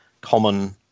common